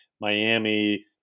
Miami